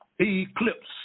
Eclipse